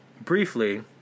briefly